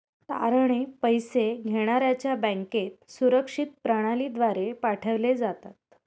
तारणे पैसे घेण्याऱ्याच्या बँकेत सुरक्षित प्रणालीद्वारे पाठवले जातात